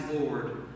Lord